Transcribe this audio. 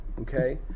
Okay